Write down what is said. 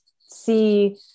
see